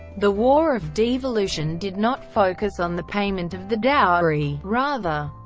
the war of devolution did not focus on the payment of the dowry, rather,